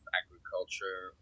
agriculture